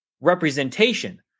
representation